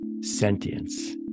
sentience